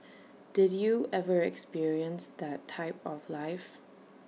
did you ever experience that type of life